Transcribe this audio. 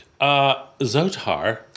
Zotar